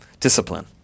Discipline